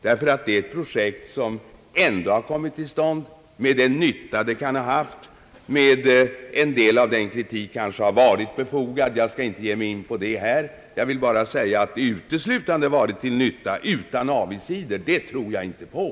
Det är nämligen ett projekt som ändå kommit till stånd med den nytta det kan ha haft. En del av kritiken mot detta före tag kanske har varit befogad, men det skall jag inte ge mig in på här. Att det uteslutande varit till nytta, utan avigsidor, det tror jag inte på.